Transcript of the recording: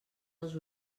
als